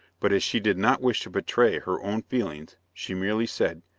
but as she did not wish to betray her own feelings she merely said,